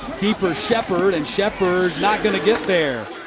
sheppard. and sheppard not going to get there.